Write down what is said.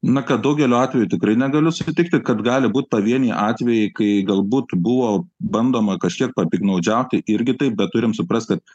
na kad daugeliu atvejų tikrai negaliu sutikti kad gali būt pavieniai atvejai kai galbūt buvo bandoma kažkiek papiktnaudžiauti irgi taip bet turim suprast kad